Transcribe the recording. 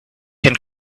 can